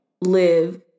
live